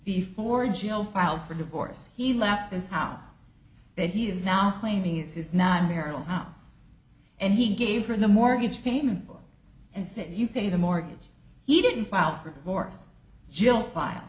before gio filed for divorce he left his house that he is now claiming is not a marital house and he gave her the mortgage payment and said you pay the mortgage he didn't file for divorce joe file